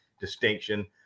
distinction